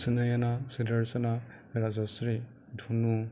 Sunayana Sudarshana Rajashree Dhunu